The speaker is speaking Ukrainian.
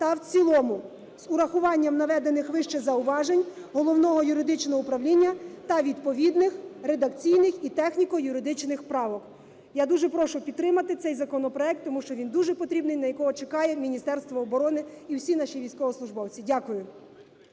та в цілому з урахуванням наведених вище зауважень Головного юридичного управління та відповідних редакційних і техніко-юридичних правок. Я дуже прошу підтримати цей законопроект, тому що він дуже потрібний, на який чекає Міністерство оборони і всі наші військовослужбовці. Дякую.